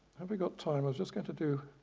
have we got time? i'm just going to do.